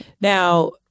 Now